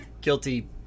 guilty